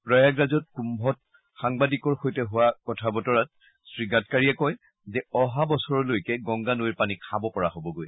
প্ৰয়াগৰাজত কুম্ভত সাংবাদিকৰ সৈতে হোৱা কথা বতৰাত শ্ৰী গাডকাৰীয়ে কয় যে অহা বছৰলৈকে গংগা নৈৰ পানী খাব পৰা হ'বগৈ